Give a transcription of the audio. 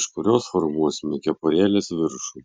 iš kurios formuosime kepurėlės viršų